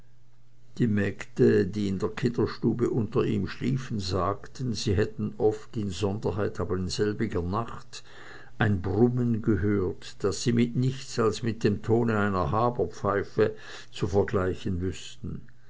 die mägde die in der kinderstube unter ihm schliefen sagten sie hätten oft insonderheit aber in selbiger nacht ein brummen gehört das sie mit nichts als mit dem tone einer haberpfeife zu vergleichen wüßten